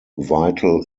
vital